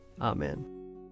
Amen